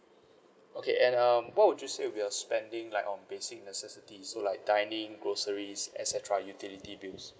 okay and um what would you say would be your spending like on basic necessities so like dining groceries et cetera utility bills